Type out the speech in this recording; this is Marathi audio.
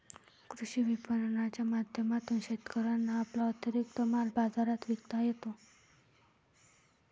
कृषी विपणनाच्या माध्यमातून शेतकऱ्यांना आपला अतिरिक्त माल बाजारात विकता येतो